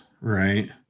right